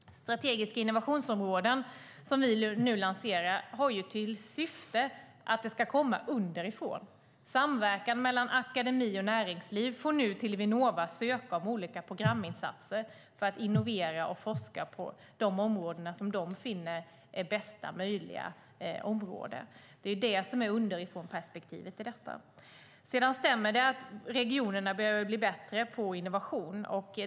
Strategiska innovationsområden, som vi nu lanserar, har till syfte att det hela ska komma underifrån. Samverkan mellan akademi och näringsliv får nu hos Vinnova söka om olika programinsatser för att innovera och forska på de områden som de finner är de bästa möjliga. Det är det som är underifrånperspektivet i detta. Det stämmer att regionerna behöver bli bättre på innovation.